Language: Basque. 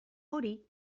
hori